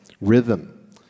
rhythm